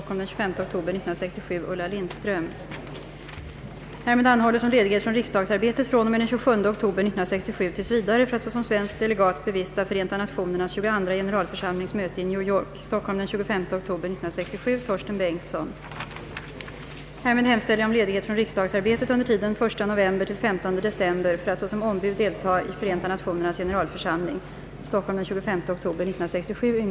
Härmed hemställer jag om ledighet från riksdagsarbetet under tiden den 1 november till den 15 december för att såsom ombud deltaga i Förenta Nationernas generalförsamling.